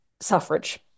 suffrage